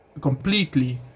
completely